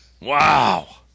Wow